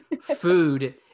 food